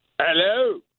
Hello